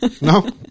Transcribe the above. no